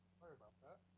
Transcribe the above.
sorry about that.